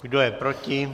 Kdo je proti?